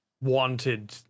wanted